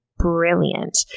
Brilliant